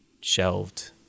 shelved